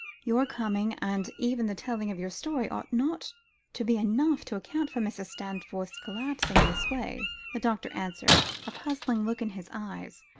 your coming, and even the telling of your story, ought not to be enough to account for mrs. stanforth's collapsing in this way, the doctor answered, a puzzled look in his eyes.